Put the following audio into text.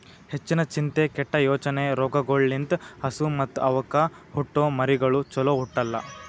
ಹೆಚ್ಚಿನ ಚಿಂತೆ, ಕೆಟ್ಟ ಯೋಚನೆ ರೋಗಗೊಳ್ ಲಿಂತ್ ಹಸು ಮತ್ತ್ ಅವಕ್ಕ ಹುಟ್ಟೊ ಮರಿಗಳು ಚೊಲೋ ಹುಟ್ಟಲ್ಲ